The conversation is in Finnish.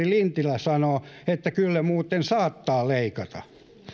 lintilä sanoo että kyllä muuten saattaa leikata